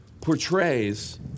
portrays